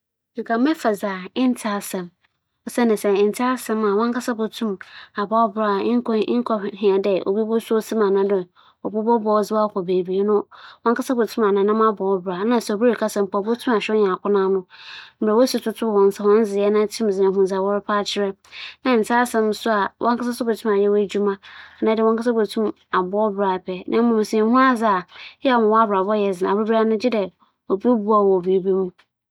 Sɛ menntse asɛm a, mepɛ sen dɛ munnhu adze siantsir nye dɛ, sɛ nntse asɛm a ͻyɛ a ͻno oye kakra osiandɛ ikitsa w'enyiwa a ibotum dze akͻ beebi erohwehwɛ dɛ ebͻkͻ biara mbom sɛ nnhu adze a gyedɛ dabiara obi ka wo ho ana etum akͻ beebi a epɛ dɛ ekͻ. Sɛ amona bi mpo na erokͻtͻ mu a nnko hu, ntsi emi dze muhu dɛ ihu adze a, oye.